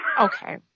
Okay